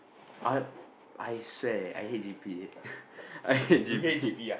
I have I swear I hate G_P I hate G_P